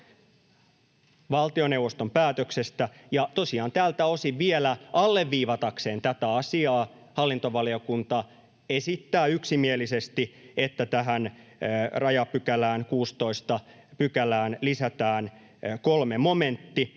Valtioneuvoston päätöksestä. — Ja tosiaan tältä osin vielä alleviivatakseen tätä asiaa hallintovaliokunta esittää yksimielisesti, että tähän rajapykälään, 16 §:ään, lisätään 3 momentti,